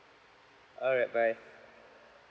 all right bye